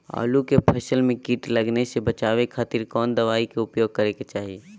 आलू के फसल में कीट लगने से बचावे खातिर कौन दवाई के उपयोग करे के चाही?